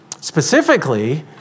specifically